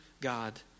God